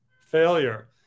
failure